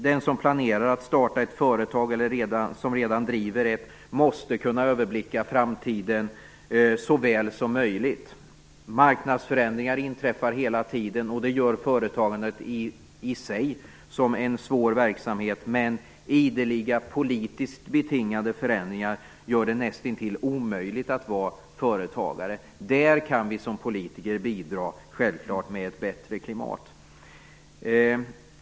Den som planerar att starta ett företag och den som redan driver ett företag måste kunna överblicka framtiden så väl som möjligt. Marknadsförändringar inträffar hela tiden. Det gör att företagandet i sig blir en svår verksamhet. Ideliga politiskt betingade förändringar gör det nästintill omöjligt att vara företagare. Där kan vi politiker självklart bidra till ett bättre klimat.